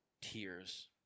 tears